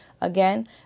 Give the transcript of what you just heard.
Again